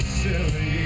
silly